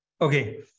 Okay